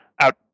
out